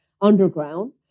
underground